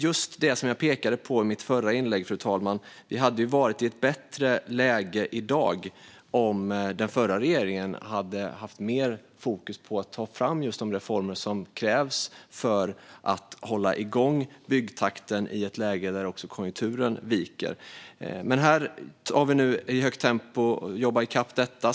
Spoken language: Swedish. I mitt förra inlägg pekade jag på att vi hade varit i ett bättre läge i dag om den förra regeringen hade haft mer fokus på att ta fram de reformer som krävs för att hålla igång byggtakten när konjunkturen viker. Vi ska nu jobba i kapp detta i högt tempo.